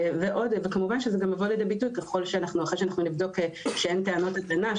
אחרי שאנחנו נבדוק שאין טענות הגנה,